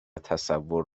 تصور